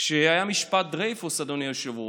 כשהיה משפט דרֵייפוס, אדוני היושב-ראש,